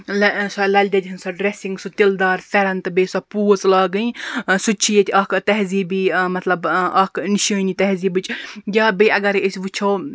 سۄ لل دٮ۪دِ ہٕنٛز سۄ ڈریٚسِنٛگ سُہ تِلہِ دار فیٚرَن تہٕ بیٚیہِ سۄ پوٗژ لاگٕنۍ سُہ تہِ چھُ ییٚتہِ اکھ تہذیٖبی مَطلَب اکھ نِشٲنی تہذیٖبچ یا بیٚیہِ اَگَر أسۍ وٕچھو